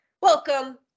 welcome